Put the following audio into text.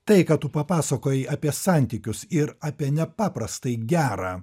tai ką tu papasakojai apie santykius ir apie nepaprastai gerą